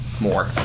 more